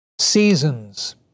seasons